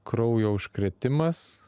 kraujo užkrėtimas